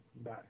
Bye